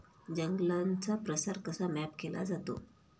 जंगलांचा प्रसार कसा मॅप केला जातो?